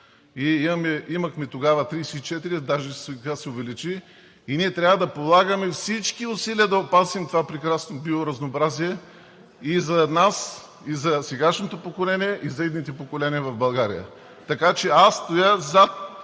имахме 34, а даже сега се увеличи… и ние трябва да полагаме всички усилия да опазим това прекрасно биоразнообразие и за нас, и за сегашното поколение, и за идните поколения в България. Така че, аз стоя зад